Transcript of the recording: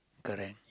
correct